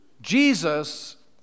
Jesus